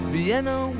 Vienna